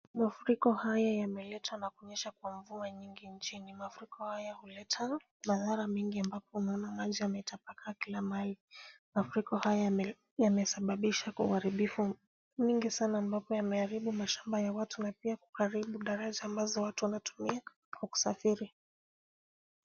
Mafuriko hayo yameletwa na kunyesha kwa mvua nyingi nchini. Mafuriko haya huleta madhara mingi ambapo unaona maji yametapakaa kila mahali. Mafuriko haya yamesababisha uharibifu mwingi sana ambapo yameharibu mashamba ya watu na pia kwa karibu, daraja ambazo watu wanatumia kwa kusafiri.